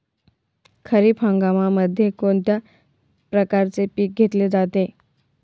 खरीप हंगामामध्ये कोणत्या प्रकारचे पीक घेतले जाते?